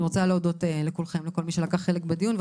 אני רוצה להודות לכל מי שלקח חלק בדיון.